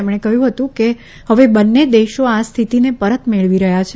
તેમણે કહ્યું કે હવે બંને દેશો આ સ્થિતિને પરત મેળવી રહ્યા છે